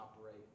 operate